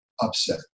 upset